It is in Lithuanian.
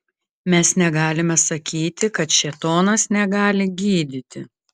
mes negalime sakyti kad šėtonas negali gydyti